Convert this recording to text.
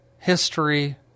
History